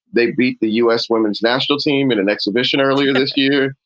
they beat the u s. women's national team in an exhibition earlier this year,